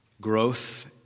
Growth